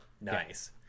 Nice